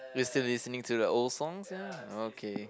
you still listening to their old songs ya okay